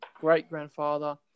great-grandfather